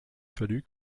fallu